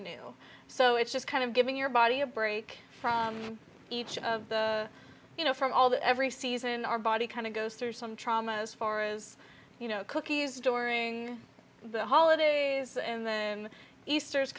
new so it's just kind of giving your body a break from each of the you know from all that every season our body kind of goes through some trauma as far as you know cookies during the holidays and then easter is